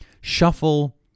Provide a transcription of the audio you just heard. shuffle